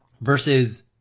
versus